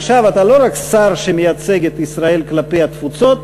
עכשיו אתה לא רק שר שמייצג את ישראל כלפי התפוצות,